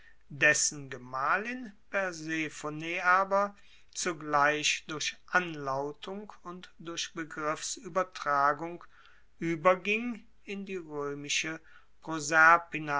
dessen gemahlin persephone aber zugleich durch anlautung und durch begriffsuebertragung ueberging in die